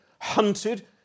hunted